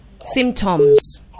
Symptoms